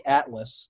Atlas